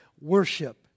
worship